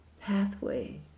pathway